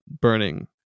burning